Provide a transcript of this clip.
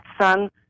son